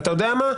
ואתה יודע מה,